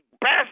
best